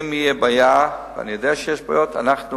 אם תהיה בעיה, ואני יודע שיש בעיות, אנחנו